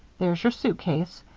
there's your suitcase.